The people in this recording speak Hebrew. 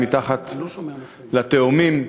מתחת ל"מגדלי התאומים"